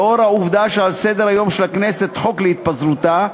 לאור העובדה שעל סדר-היום של הכנסת חוק להתפזרותה,